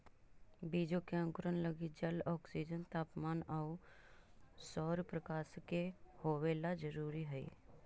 बीज के अंकुरण लगी जल, ऑक्सीजन, तापमान आउ सौरप्रकाश के होवेला जरूरी हइ